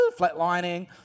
flatlining